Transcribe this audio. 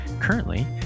Currently